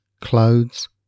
clothes